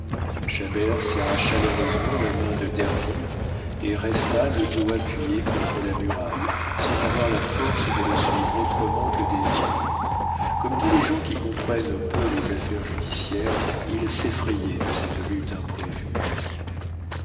serra chaleureusement la main de derville et resta le dos appuyé contre la muraille sans avoir la force de le suivre autrement que des yeux comme tous les gens qui comprennent peu les affaires judiciaires il s'effrayait de cette lutte imprévue